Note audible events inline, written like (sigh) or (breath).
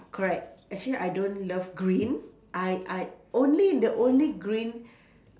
correct actually I don't love green I I only the only green (breath)